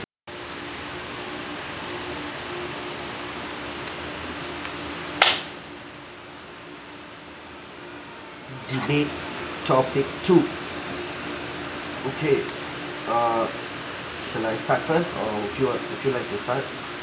debate topic two okay uh should I start first or would you uh would you like to start